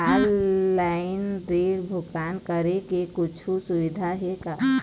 Online ऋण भुगतान करे के कुछू सुविधा हे का?